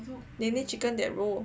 Ne Ne chicken that row